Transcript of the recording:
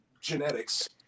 genetics